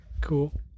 cool